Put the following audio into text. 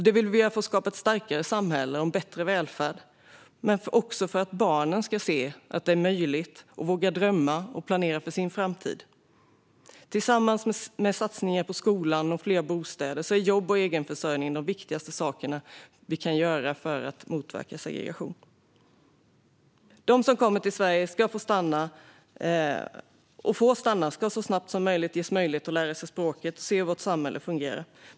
Det vill vi göra för att skapa ett starkare samhälle och en bättre välfärd, men också för att barnen ska se att det är möjligt och våga drömma och planera för sin framtid. Tillsammans med satsningar på skolan och fler bostäder är jobb och egenförsörjning de viktigaste saker vi kan satsa på för att motverka segregation. De som kommer till Sverige och som får stanna ska så snabbt som möjligt ges möjlighet att lära sig språket och se hur vårt samhälle fungerar.